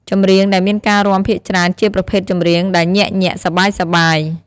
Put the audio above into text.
ចម្រៀងដែលមានការរាំភាគច្រើនជាប្រភេទចម្រៀងដែលញាក់ៗ សប្បាយៗ។